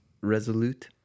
Resolute